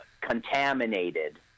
Contaminated